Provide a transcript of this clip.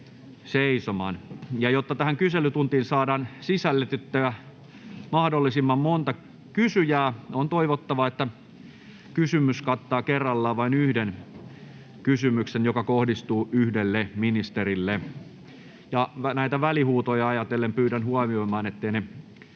seisomaan. Ja jotta kyselytuntiin saadaan sisällytettyä mahdollisimman monta kysyjää, on toivottavaa, että kysymys kattaa kerrallaan vain yhden kysymyksen, joka kohdistuu yhdelle ministerille. Välihuutoja ajatellen pyydän huomioimaan, etteivät